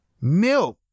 Milk